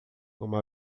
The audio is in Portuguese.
uma